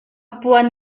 puan